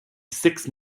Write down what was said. six